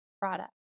product